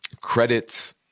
credit –